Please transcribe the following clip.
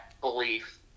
belief